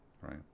right